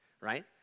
right